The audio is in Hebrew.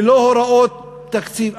ללא הוראות תקציב.